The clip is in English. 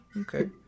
okay